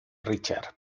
richard